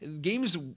Games